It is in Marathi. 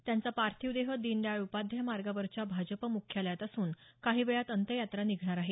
त्यांचा पार्थिव देह दीनदयाळ उपाध्याय मार्गावरच्या भाजपा मुख्यालयात असून काही वेळात अंत्ययात्रा निघणार आहे